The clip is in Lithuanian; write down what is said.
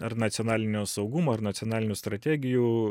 ar nacionalinio saugumo ar nacionalinių strategijų